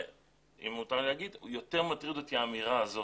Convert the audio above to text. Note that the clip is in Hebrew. אם מותר לי להגיד, יותר מטריד אותי האמירה הזאת.